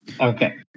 Okay